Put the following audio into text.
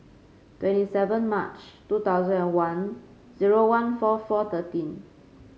twenty seven March two thousand and one zero one four four thirteen